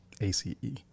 a-c-e